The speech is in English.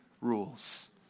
rules